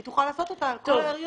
היא תוכל לעשות אותו על כל הריון.